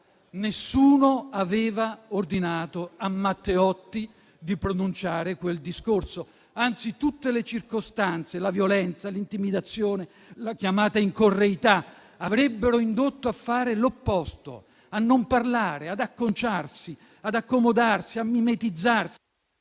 Nessuno aveva ordinato a Matteotti di pronunciare quel discorso; anzi, tutte le circostanze, la violenza, l'intimidazione e la chiamata in correità avrebbero indotto a fare l'opposto, a non parlare, ad acconciarsi, ad accomodarsi, a mimetizzarsi